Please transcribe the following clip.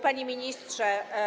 Panie Ministrze!